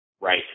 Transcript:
Right